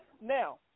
Now